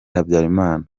habyalimana